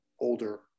older